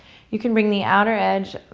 you can bring the outer edge,